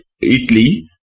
Italy